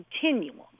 continuum